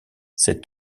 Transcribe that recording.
cet